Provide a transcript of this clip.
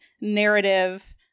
narrative